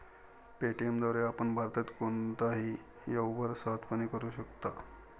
Paytm द्वारे आपण भारतात कोणताही व्यवहार सहजपणे करू शकता